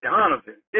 Donovan